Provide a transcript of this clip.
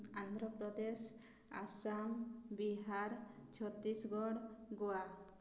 Andhra Pradesh Assam Bihar Chhattisgarh Goa